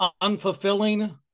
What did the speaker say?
unfulfilling